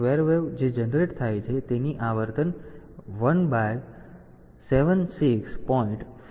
તેથી square wave જે generate થાય છે તેની આવર્તન 1 બાઉન 76